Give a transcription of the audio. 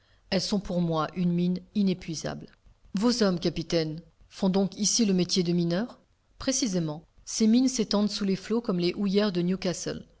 elles sont pour moi une mine inépuisable vos hommes capitaine font donc ici le métier de mineurs précisément ces mines s'étendent sous les flots comme les houillères de newcastle